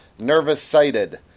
nervous-sighted